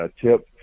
tip